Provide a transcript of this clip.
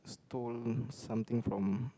stoling something from